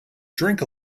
drink